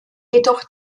jedoch